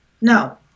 no